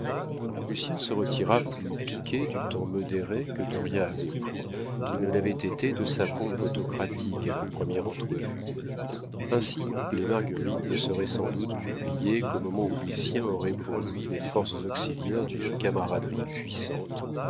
royaliste lucien se retira plus piqué du ton modéré que dauriat avait pris qu'il ne l'avait été de sa pompe autocratique à leur première entrevue ainsi les marguerites ne seraient sans doute publiées qu'au moment où lucien aurait pour lui les forces auxiliaires d'une camaraderie puissante